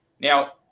Now